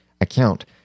account